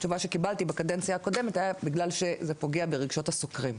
מה שקיבלתי בקדנציה הקודמת היה בגלל שזה פוגע ברגשות הסוקרים.